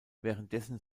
währenddessen